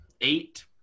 eight